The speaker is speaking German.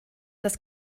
das